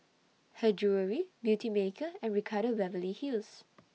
Her Jewellery Beautymaker and Ricardo Beverly Hills